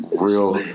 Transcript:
real